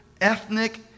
ethnic